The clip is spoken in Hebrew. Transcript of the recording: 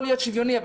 שוויוני.